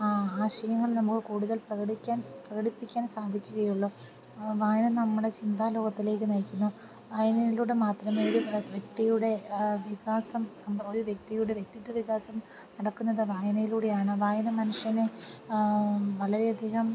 ആ ആശയങ്ങൾ നമുക്ക് കൂടുതൽ പ്രകടിക്കാൻ പ്രകടിപ്പിക്കാൻ സാധിക്കുകയുള്ളു വായന നമ്മുടെ ചിന്താ ലോകത്തിലേക്ക് നയിക്കുന്നു വായനയിലൂടെ മാത്രമേ ഒരു വ്യക്തിയുടെ വികാസം ഒരു വ്യക്തിയുടെ വ്യക്തിത്വ വികാസം നടക്കുന്നത് വായനയിലൂടെയാണ് വായന മനുഷ്യനെ വളരെ അധികം